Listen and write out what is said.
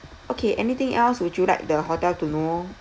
okay anything else would you like the hotel to know